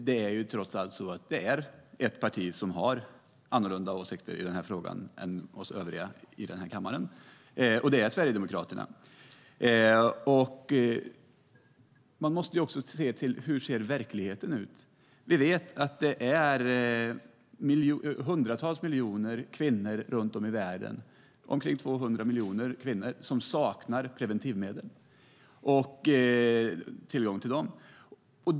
Det är ju ett parti som har annorlunda åsikter i den här frågan än vi övriga i kammaren, och det är Sverigedemokraterna. Man måste se hur verkligheten ser ut. Vi vet att hundratals miljoner kvinnor i världen - omkring 200 miljoner - som saknar tillgång till preventivmedel.